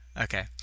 Okay